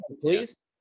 please